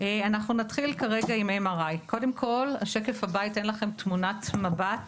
נתחיל כרגע עם MRI. השקף הבא ייתן לכם תמונת מבט